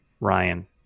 Ryan